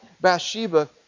Bathsheba